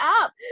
up